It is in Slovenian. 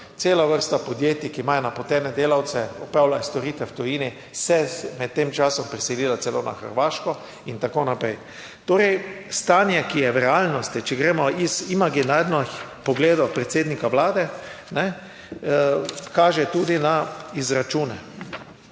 Cela vrsta podjetij, ki imajo napotene delavce, opravljajo storitve v tujini, so se med tem časom preselila celo na Hrvaško. In tako naprej. Torej stanje, ki je v realnosti, če gremo iz imaginarnih pogledov predsednika Vlade, kaže tudi na izračune.